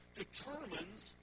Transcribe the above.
determines